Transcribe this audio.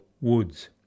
Woods